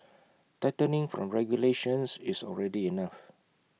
tightening from regulations is already enough